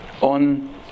on